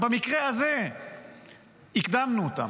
במקרה הזה הקדמנו אותם.